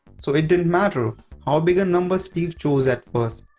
so, it didn't matter how big a number steve chose at first,